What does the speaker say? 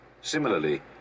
Similarly